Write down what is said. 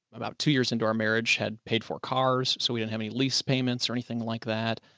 about two years into our marriage, had paid for cars, so we didn't have any lease payments or anything like that.